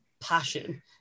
passion